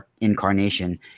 incarnation